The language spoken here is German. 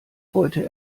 heute